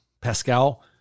Pascal